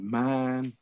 man